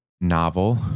novel